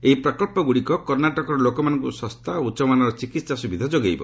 ଏହି ପ୍ରକଳ୍ପଗୁଡ଼ିକ କର୍ଣ୍ଣାଟକର ଲୋକାମନଙ୍କୁ ଶସ୍ତା ଓ ଉଚ୍ଚମାନର ଚିକିତ୍ସା ସୁବିଧା ଯୋଗାଇବ